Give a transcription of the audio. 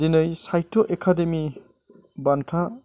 दिनै साहित्य' एकाडेमि बान्था